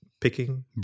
Picking